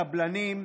קבלנים,